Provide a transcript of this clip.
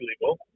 illegal